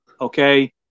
okay